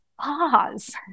pause